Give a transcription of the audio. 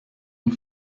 une